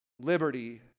liberty